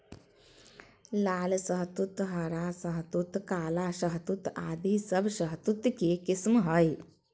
लाल शहतूत, हरा शहतूत, काला शहतूत आदि सब शहतूत के किस्म हय